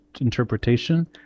interpretation